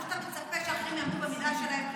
כמו שאתה מצפה שאחרים יעמוד במילה שלהם כלפיך,